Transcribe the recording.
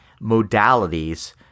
modalities